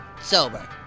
...sober